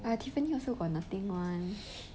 but tiffany also got nothing [one]